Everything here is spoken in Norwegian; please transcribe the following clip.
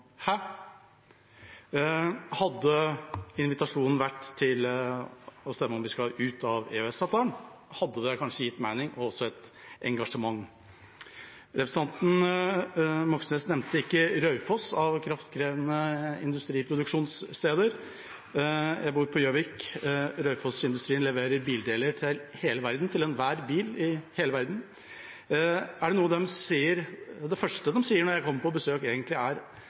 Hadde invitasjonen vært å stemme på om vi skal ut av EØS-avtalen, hadde det kanskje gitt mening og også et engasjement. Av kraftkrevende industriproduksjonssteder nevnte ikke representanten Moxnes Raufoss. Jeg bor på Gjøvik, og Raufoss-industrien leverer bildeler til hele verden, til enhver bil i hele verden. Det første de sier når jeg kommer på besøk, er: